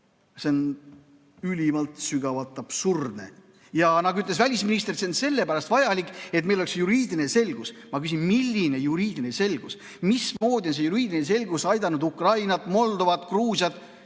See on ülimalt, sügavalt absurdne. Nagu ütles välisminister, see on sellepärast vajalik, et meil oleks juriidiline selgus. Ma küsin: milline juriidiline selgus? Mismoodi on see juriidiline selgus aidanud Ukrainat, Moldovat, Gruusiat